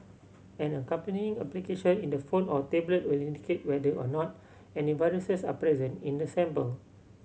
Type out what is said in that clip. an accompanying application in the phone or tablet will indicate whether or not any viruses are present in the sample